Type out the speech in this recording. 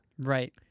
right